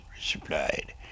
supplied